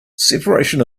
separation